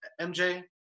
MJ